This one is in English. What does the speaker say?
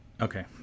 Okay